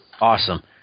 awesome